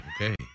okay